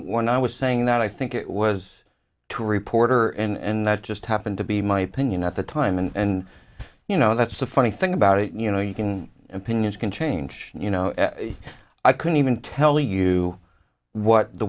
when i was saying that i think it was to report her and that just happened to be my opinion at the time and you know that's the funny thing about it you know you can opinions can change you know i couldn't even tell you what the